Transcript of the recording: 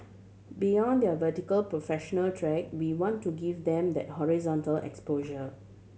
beyond their vertical professional track we want to give them that horizontal exposure